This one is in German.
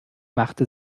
machte